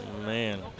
Man